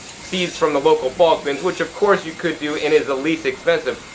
seeds from the local bulk bins which of course you could do and it's the least expensive.